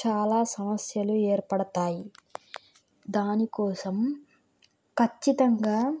చాలా సమస్యలు ఏర్పడతాయి దానికోసం ఖచ్చితంగా